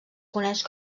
coneix